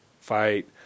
fight